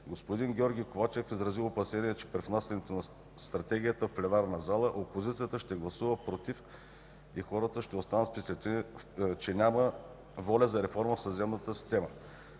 Господин Георги Ковачев изрази опасение, че при внасяне на Стратегията в пленарна зала, опозицията ще гласува „против” и хората ще останат с впечатление, че няма воля за реформа в съдебната система.